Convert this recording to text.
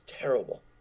terrible